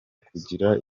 kugira